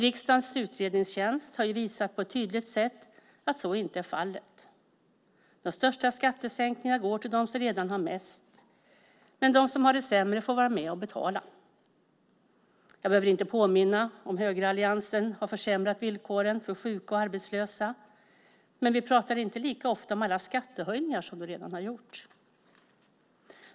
Riksdagens utredningstjänst har på ett tydligt sätt visat att så inte är fallet. De största skattesänkningarna går till dem som redan har mest, men de som har det sämre får vara med och betala. Jag behöver inte påminna om att högeralliansen har försämrat villkoren för sjuka och arbetslösa, men vi pratar inte lika ofta om alla skattehöjningar som de redan har gjort.